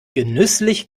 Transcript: genüsslich